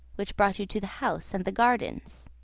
which brought you to the house and the gardens.